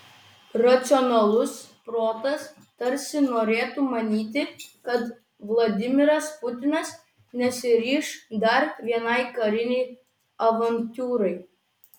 racionalus protas tarsi norėtų manyti kad vladimiras putinas nesiryš dar vienai karinei avantiūrai